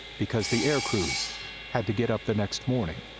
because the air crews had to get up the next morning